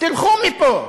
תלכו מפה.